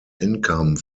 income